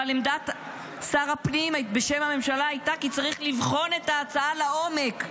אבל עמדת שר הפנים בשם הממשלה הייתה כי צריך לבחון את ההצעה לעומק,